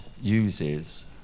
uses